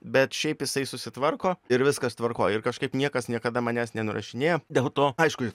bet šiaip jisai susitvarko ir viskas tvarkoj ir kažkaip niekas niekada manęs nenurašinėjo dėl to aišku